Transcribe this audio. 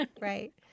right